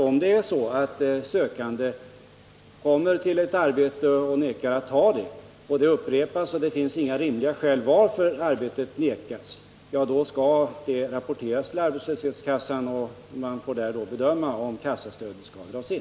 Om en person upprepade gånger vägrar att ta erbjudet arbete och det inte finns några rimliga skäl till det, då skall det emellertid rapporteras till arbetslöshetskassan, och där får man bedöma om kassastödet skall dras in.